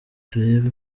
turebe